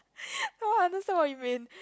now I understand what you mean